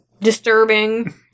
disturbing